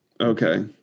Okay